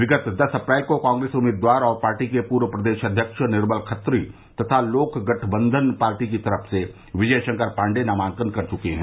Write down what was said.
विगत दस अप्रैल को कांग्रेस उम्मीदवार और पार्टी के पूर्व प्रदेश अध्यक्ष निर्मल खत्री तथा लोक गठबंधन पार्टी की तरफ से विजय शंकर पाण्डेय नामांकन कर चुके हैं